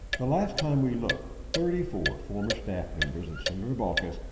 the last time we looked, thirty four former staff members of senator baucus,